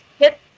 hit